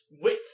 width